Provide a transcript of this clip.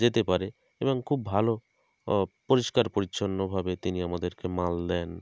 যেতে পারে এবং খুব ভালো পরিষ্কার পরিচ্ছন্নভাবে তিনি আমাদেরকে মাল দেন